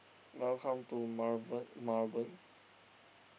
Welcome to Marwen Marwen